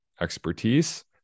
expertise